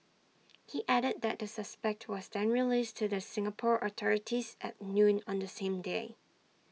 he added that the suspect was then released to the Singapore authorities at noon on the same day